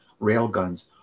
railguns